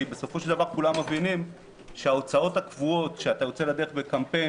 כי בסופו של דבר כולם מבינים שכשאתה יוצא לדרך בקמפיין,